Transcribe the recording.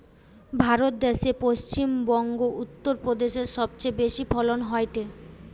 ভারত দ্যাশে পশ্চিম বংগো, উত্তর প্রদেশে সবচেয়ে বেশি ফলন হয়টে